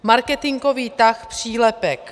Marketingový tah přílepek.